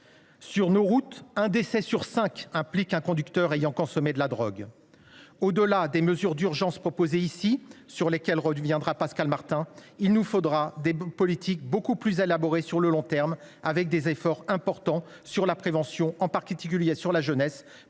Sur les routes, un décès sur cinq implique un conducteur ayant consommé de la drogue. Au delà des mesures d’urgence proposées dans ce texte, sur lesquelles reviendra Pascal Martin, il nous faudra des politiques beaucoup plus élaborées sur le long terme, avec des efforts importants pour la prévention, en particulier en faveur de